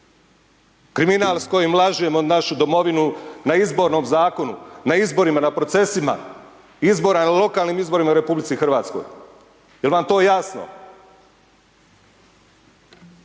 Kriminal s kojim lažemo našu domovinu na izbornom zakonu, na izborima, na procesima, lokalnim izborima u RH, jel vam je to jasno?